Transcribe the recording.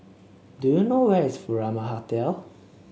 do you know where is Furama Hotel